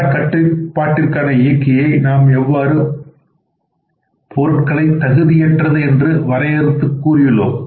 தரக்கட்டுப்பாட்டிற்கான இயக்கியை நாம் எவ்வளவு பொருட்களை தகுதியற்றது என்று வரையறுத்துக் கூறியுள்ளோம்